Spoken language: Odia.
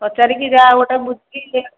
ପଚାରିକି ଯାହା ଗୋଟିଏ ବୁଝିବେ